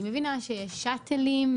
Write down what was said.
אני מבינה שיש שאטלים,